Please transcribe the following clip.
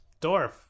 dwarf